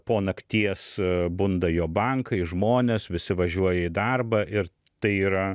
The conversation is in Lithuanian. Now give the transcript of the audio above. po nakties bunda jo bankai žmonės visi važiuoja į darbą ir tai yra